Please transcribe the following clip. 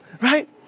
right